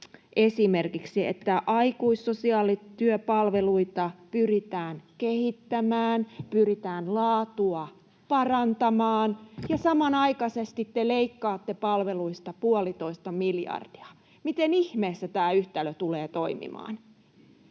esimerkiksi, että aikuissosiaalityöpalveluita pyritään kehittämään ja pyritään laatua parantamaan, niin samanaikaisesti te leikkaatte palveluista puolitoista miljardia. Miten ihmeessä tämä yhtälö tulee toimimaan?